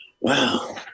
Wow